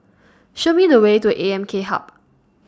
Show Me The Way to A M K Hub